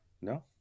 No